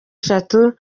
eshatu